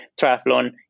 triathlon